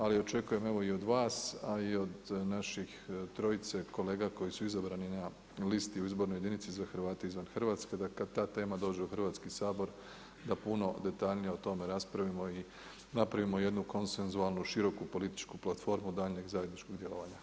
Ali očekujem evo i od vas i od naši trojice kolega koji su izabrani na listi u izbornoj listi za Hrvate izvan Hrvatske da kad-tad ta tema dođe u Hrvatski sabor da puno detaljnije o tome raspravimo i napravimo jednu konsensualnu široku političku platformu daljnjeg zajedničkog djelovanja.